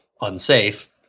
unsafe